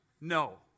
No